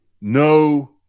no